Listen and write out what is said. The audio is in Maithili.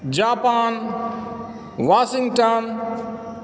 Japan Washington